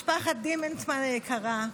משפחת דימנטמן היקרה,